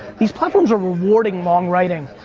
these platforms are rewarding long writing.